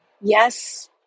Yes